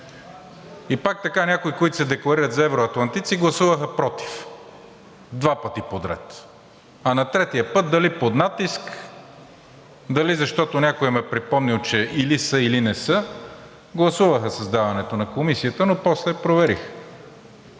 И пак така някои, които се декларират за евроатлантици, гласуваха против – два пъти подред, а на третия път дали под натиск, дали защото някой им е припомнил, че или са, или не са гласуваха създаването на Комисията, но после я провалиха.